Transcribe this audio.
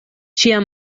ŝia